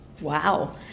Wow